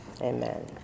Amen